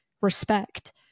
respect